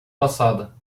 passada